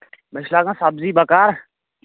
مےٚ چھِ لگان سَبزی بَکار